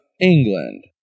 England